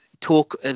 talk